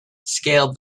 scaled